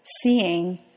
seeing